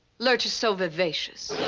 lurch is so vivacious.